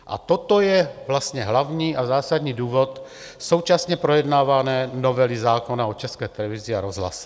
A toto je vlastně hlavní a zásadní důvod současně projednávané novely zákona o České televizi a rozhlase.